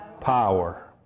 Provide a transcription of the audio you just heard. power